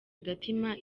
agatima